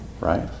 Right